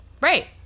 right